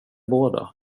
båda